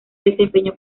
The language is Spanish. desempeñó